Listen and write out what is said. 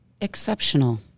exceptional